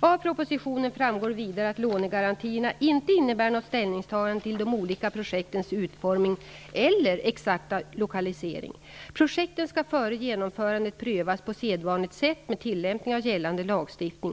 Av propositionen framgår vidare att lånegarantierna inte innebär något ställningstagande till de olika projektens utformning eller exakta lokalisering. Projekten skall före genomförandet prövas på sedvanligt sätt med tillämpning av gällande lagstiftning.